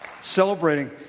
celebrating